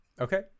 Okay